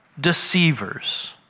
deceivers